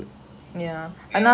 mm